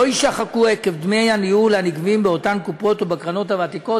יישחקו עקב דמי הניהול הנגבים באותן קופות ובקרנות הוותיקות.